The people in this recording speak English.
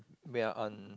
we are on